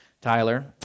Tyler